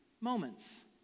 moments